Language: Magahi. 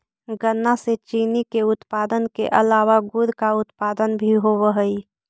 गन्ना से चीनी के उत्पादन के अलावा गुड़ का उत्पादन भी होवअ हई